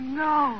no